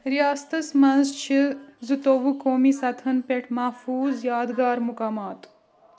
رِیاستس منٛز چھِ زٕتوٛوُہ قومی سطحن پٮ۪ٹھ محفوٗظ یادگار مُقامات